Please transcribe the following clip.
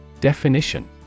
Definition